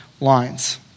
Lines